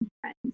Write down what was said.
friends